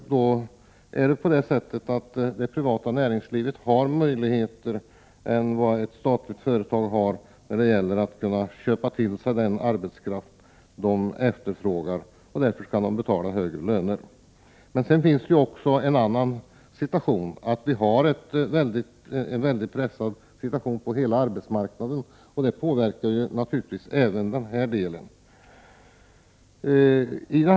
Det privata näringslivet har andra möjligheter än vad ett statligt företag har när det gäller att köpa den arbetskraft som efterfrågas. Därför kan högre löner betalas ut. Men det finns också en annan orsak. Situationen på hela arbetsmarknaden är pressad. Det påverkar naturligtvis även denna del av marknaden.